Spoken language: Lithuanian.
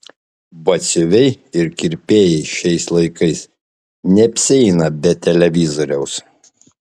batsiuviai ir kirpėjai šiais laikais neapsieina be televizoriaus